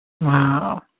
Wow